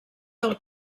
del